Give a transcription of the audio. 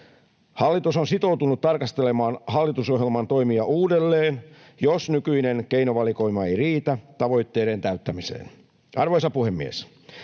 Hallitus on sitoutunut tarkastelemaan hallitusohjelman toimia uudelleen, jos nykyinen keinovalikoima ei riitä tavoitteiden täyttämiseen. Arvoisa puhemies!